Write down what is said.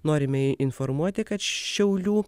norime informuoti kad šiaulių